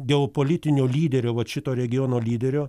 geopolitinio lyderio vat šito regiono lyderio